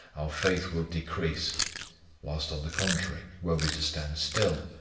our faith will decrease whilst on the contrary, were we to stand still,